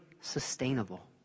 sustainable